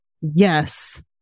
Yes